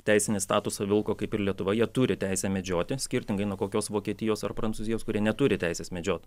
teisinį statusą vilko kaip ir lietuvoj jie turi teisę medžioti skirtingai nuo kokios vokietijos ar prancūzijos kurie neturi teisės medžiot